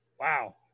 Wow